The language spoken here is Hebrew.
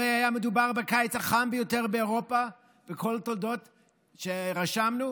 הרי היה מדובר בקיץ החם ביותר באירופה בכל תולדות העולם שנרשמו.